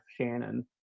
Shannon